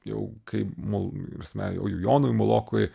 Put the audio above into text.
jau kai mul prasme jau jonui mulokui